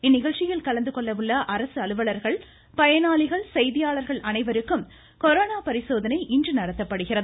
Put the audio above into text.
இந்நிகழ்ச்சியில் கலந்துகொள்ள உள்ள அரசு அலுவலர்கள் பயனாளிகள் செய்தியாளர்கள் அனைவருக்கும் கொரோனா பரிசோதனை இன்று நடத்தப்படுகிறது